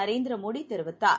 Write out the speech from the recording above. நரேந்திரமோடிதெரிவித்தார்